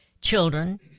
Children